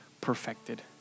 perfected